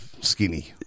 skinny